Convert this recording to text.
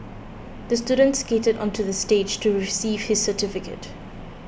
the student skated onto the stage to receive his certificate